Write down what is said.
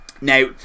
Now